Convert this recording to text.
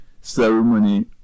ceremony